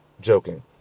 Joking